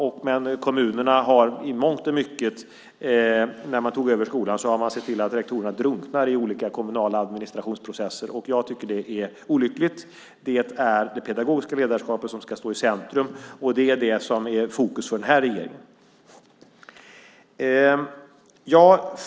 Men när kommunerna tog över skolan såg de i mångt och mycket till att rektorerna drunknar i olika kommunala administrationsprocesser. Jag tycker att det är olyckligt. Det är det pedagogiska ledarskapet som ska stå i centrum. Det är det som är fokus för den här regeringen.